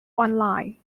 online